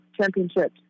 championships